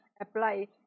apply